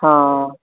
ਹਾਂ